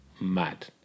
mad